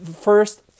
first